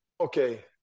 okay